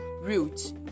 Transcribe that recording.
route